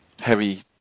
heavy